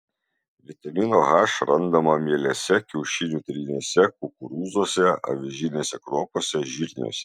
vitamino h randama mielėse kiaušinių tryniuose kukurūzuose avižinėse kruopose žirniuose